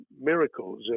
miracles